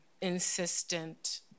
insistent